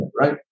right